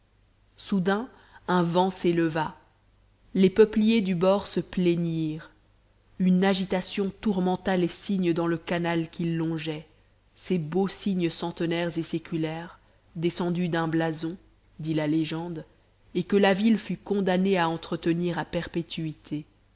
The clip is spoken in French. soudain un vent s'éleva les peupliers du bord se plaignirent une agitation tourmenta les cygnes dans le canal qu'il longeait ces beaux cygnes centenaires et séculaires descendus d'un blason dit la légende et que la ville fut condamnée à entretenir à perpétuité